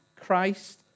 Christ